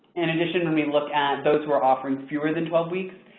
in addition, when we look at those who are offering fewer than twelve weeks,